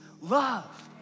love